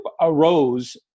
arose